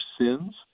sins